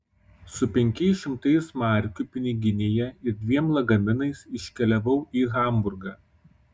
su penkiais šimtais markių piniginėje ir dviem lagaminais iškeliavau į hamburgą